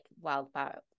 wildfire